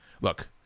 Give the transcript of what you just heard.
Look